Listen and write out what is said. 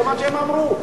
זה מה שהם אמרו.